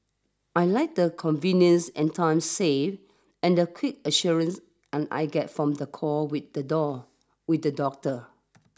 I like the convenience and time saved and the quick assurance and I get from the call with the door with the doctor